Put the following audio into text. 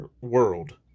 world